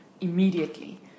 immediately